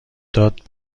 داد